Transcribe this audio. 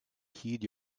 heed